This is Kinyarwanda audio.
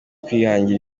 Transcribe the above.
kwihangira